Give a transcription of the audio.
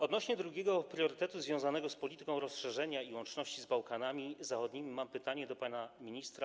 Odnośnie do drugiego priorytetu związanego z polityką rozszerzenia i łączności z Bałkanami Zachodnimi mam pytanie do pana ministra: